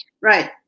right